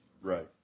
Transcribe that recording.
Right